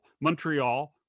Montreal